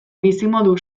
bizimodu